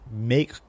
make